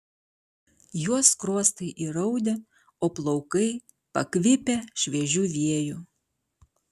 jos skruostai įraudę o plaukai pakvipę šviežiu vėju